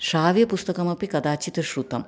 श्राव्यपुस्तकमपि कदाचित् श्रुतं